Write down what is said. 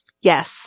Yes